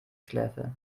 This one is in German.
schläfe